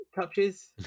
touches